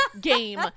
game